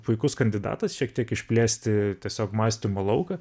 puikus kandidatas šiek tiek išplėsti tiesiog mąstymo lauką